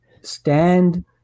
stand